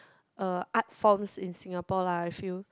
uh art forms in Singapore lah I feel